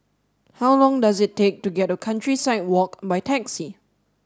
how long does it take to get to Countryside Walk by taxi